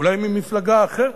אולי ממפלגה אחרת.